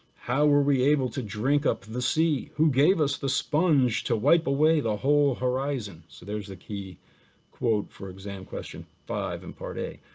how were we able to drink of the sea, who gave us the sponge to wipe away the whole horizon. so there's the key quote for exam question five in part a.